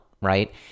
right